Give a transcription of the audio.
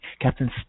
Captain